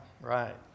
right